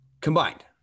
Combined